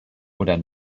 oder